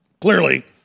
Clearly